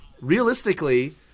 realistically